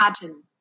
pattern